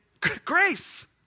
grace